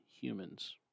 humans